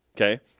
Okay